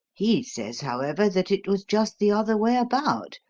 he says, however, that it was just the other way about.